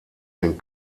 den